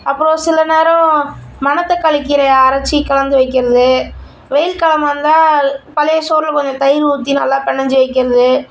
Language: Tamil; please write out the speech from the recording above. அப்புறம் சில நேரம் மணத்தக்காளிக்கீரையை அரைச்சி கலந்து வைக்கிறது வெயில் காலமாக இருந்தால் பழைய சோறில் கொஞ்சம் தயிர் ஊற்றி நல்லா பெசைஞ்சு வைக்கிறது